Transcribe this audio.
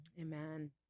Amen